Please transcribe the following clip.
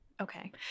Okay